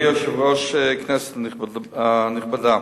אדוני היושב-ראש, כנסת נכבדה,